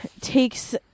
takes